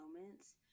moments